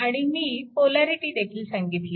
आणि मी पोलॅरिटीदेखील सांगितली